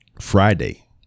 friday